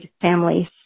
families